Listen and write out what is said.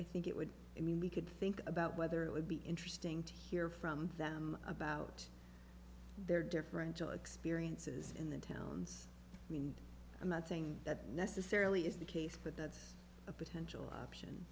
i think it would i mean we could think about whether it would be interesting to hear from them about their differential experiences in the towns i mean i'm not saying that necessarily is the case but that's a potential option